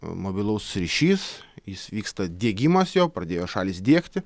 mobilus ryšys jis vyksta diegimas jo pradėjo šalys diegti